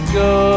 go